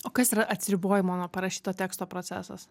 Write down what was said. o kas yra atsiribojimo nuo parašyto teksto procesas